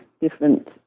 different